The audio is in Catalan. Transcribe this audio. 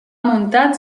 muntat